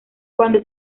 cuando